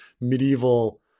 medieval